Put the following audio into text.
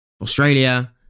Australia